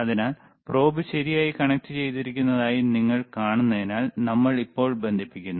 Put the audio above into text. അതിനാൽ probe ശരിയായി കണക്റ്റുചെയ്തിരിക്കുന്നതായി നിങ്ങൾ കാണുന്നതിനാൽ നമ്മൾ ഇപ്പോൾ ബന്ധിപ്പിക്കുന്നു